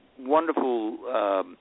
wonderful